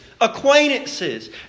Acquaintances